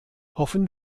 hoffen